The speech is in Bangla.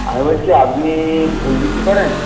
আমি বলছি আপনি ফুল বিক্রি করেন